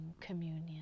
communion